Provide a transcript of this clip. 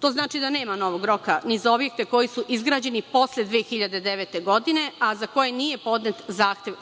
To znači da nema novog roka ni za objekte koji su izgrađeni do 2009. godine, a za koje nije podnet zahtev